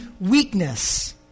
weakness